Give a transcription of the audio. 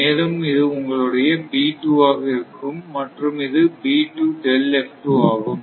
மேலும் இது உங்களுடைய ஆக இருக்கும் மற்றும் இதுஆகும்